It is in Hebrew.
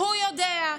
הוא יודע.